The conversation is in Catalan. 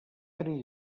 tenir